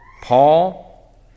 Paul